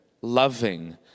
loving